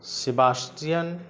sebastian